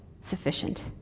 sufficient